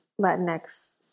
Latinx